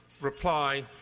reply